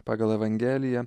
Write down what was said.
pagal evangeliją